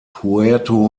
puerto